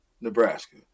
Nebraska